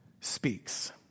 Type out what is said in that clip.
speaks